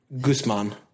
Guzman